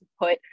put